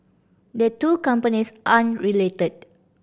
the two companies aren't related